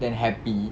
than happy